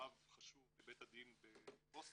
רב חשוב בבית הדין במוסקבה